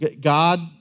God